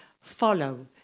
follow